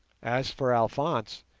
as for alphonse,